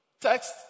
Text